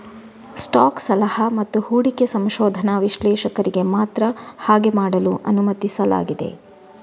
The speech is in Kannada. ಸ್ಟಾಕ್ ಸಲಹಾ ಮತ್ತು ಹೂಡಿಕೆ ಸಂಶೋಧನಾ ವಿಶ್ಲೇಷಕರಿಗೆ ಮಾತ್ರ ಹಾಗೆ ಮಾಡಲು ಅನುಮತಿಸಲಾಗಿದೆ